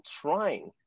trying